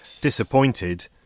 disappointed